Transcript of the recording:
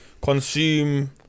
consume